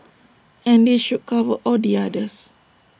and this should cover all the others